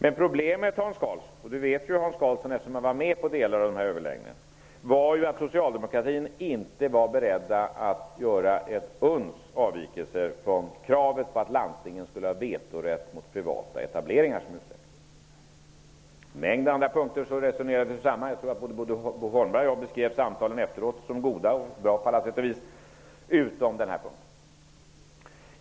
Eftersom Hans Karlsson var med vid en del av överläggningarna känner han till problemet med att socialdemokratin inte var beredd att göra minsta lilla avvikelse från kravet på att landstingen skulle ha vetorätt mot privata etableringar. På en mängd andra punkter resonerade vi oss samman. Både Bo Holmberg och jag beskrev efteråt samtalen som goda och bra på alla sätt, utom när det gäller den här punkten.